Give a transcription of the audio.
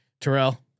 Terrell